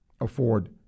afford